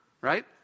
Right